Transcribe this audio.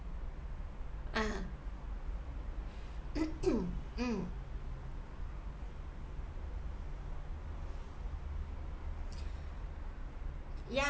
(uh huh) mmhmm mm ya